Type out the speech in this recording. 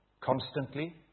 constantly